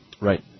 Right